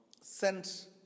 sent